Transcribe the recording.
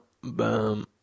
boom